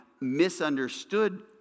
misunderstood